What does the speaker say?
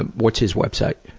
what's his website?